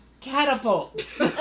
catapults